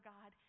God